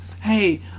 Hey